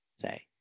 Say